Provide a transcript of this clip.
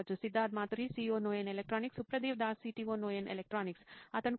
Siddharth Mathuri CEO నోయిన్ Electronics Suprativ Das CTO నోయిన్ Electronics అతను కోరుకోవచ్చు